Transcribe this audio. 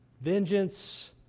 Vengeance